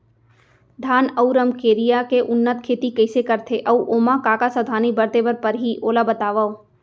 धान अऊ रमकेरिया के उन्नत खेती कइसे करथे अऊ ओमा का का सावधानी बरते बर परहि ओला बतावव?